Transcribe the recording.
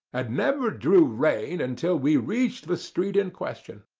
and never drew rein until we reached the street in question.